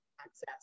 access